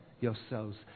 yourselves